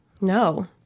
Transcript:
No